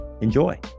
Enjoy